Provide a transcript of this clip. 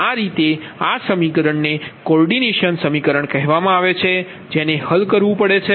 તેથી આ રીતે આ સમીકરણને કોઓર્ડિનેશન સમીકરણ કહેવામાં આવે છે જેને હલ કરવું પડે છે